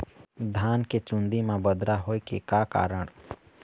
धान के चुन्दी मा बदरा होय के का कारण?